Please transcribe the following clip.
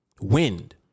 Wind